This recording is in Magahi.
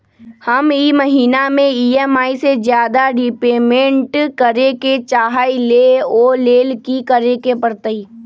हम ई महिना में ई.एम.आई से ज्यादा रीपेमेंट करे के चाहईले ओ लेल की करे के परतई?